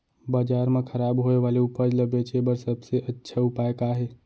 बाजार मा खराब होय वाले उपज ला बेचे बर सबसे अच्छा उपाय का हे?